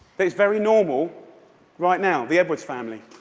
that is very normal right now the edwards family.